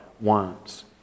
wants